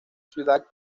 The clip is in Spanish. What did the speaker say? ciudad